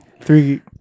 three